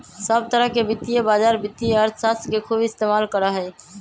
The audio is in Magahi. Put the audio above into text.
सब तरह के वित्तीय बाजार वित्तीय अर्थशास्त्र के खूब इस्तेमाल करा हई